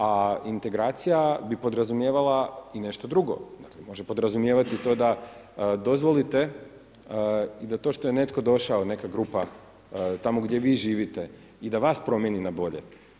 A integracija bi podrazumijevala i nešto drugo, to može podrazumijevati to da dozvolite da to što je netko došao neka grupa, tamo gdje vi živite i da vas promjeni na bolje.